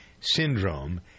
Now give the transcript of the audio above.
syndrome